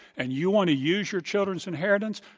and you want to use your children's inheritance,